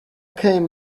came